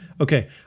Okay